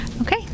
Okay